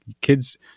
kids